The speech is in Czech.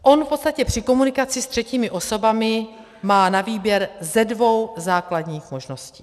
On v podstatě při komunikaci se třetími osobami má na výběr ze dvou základních možností.